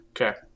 okay